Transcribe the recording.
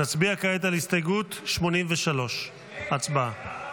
כעת על הסתייגות 83. הצבעה.